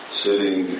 sitting